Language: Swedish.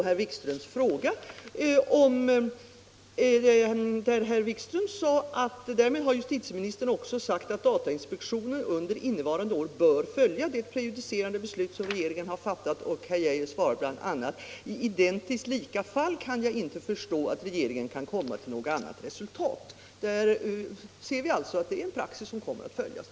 Herr Wikström anförde i den debatten bl.a.: ”Därmed har justitieministern också sagt att datainspektionen under innevarande år bör följa det prejudicerande beslut som regeringen har fattat.” På det svarade herr Geijer att ”i iden tiskt lika fall kan jag inte förstå att regeringen kan komma till något annat resultat”. Av detta framgår alltså att det finns en praxis som kommer att följas.